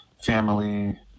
family